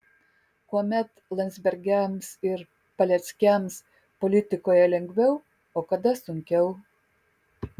kuomet landsbergiams ir paleckiams politikoje lengviau o kada sunkiau